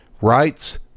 rights